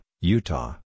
Utah